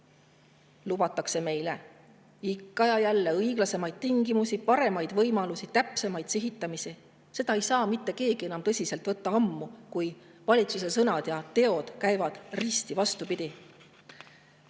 lubatakse meile ikka ja jälle õiglasemaid tingimusi, paremaid võimalusi ning täpsemat sihitamist. Seda ei saa mitte keegi enam ammu tõsiselt võtta, kui valitsuse sõnad ja teod käivad risti vastupidi.